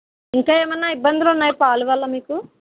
ఇంకా ఏమైనా ఇబ్బందులు ఉన్నాయా పాలు వల్ల మీకు